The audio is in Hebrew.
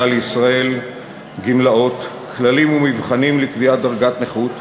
לישראל (גמלאות) (כללים ומבחנים לקביעת דרגת נכות),